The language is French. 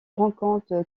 rencontre